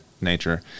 nature